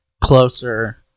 Closer